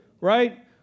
right